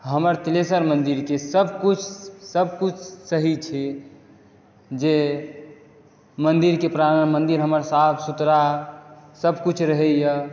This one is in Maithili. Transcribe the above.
हमरा तिलेशर मन्दिर के सब किछु सब किछु सही छै जे मन्दिरके प्राङ्गण मन्दिर हमर साफ़ सुथरा सब किछु रहैया